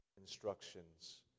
instructions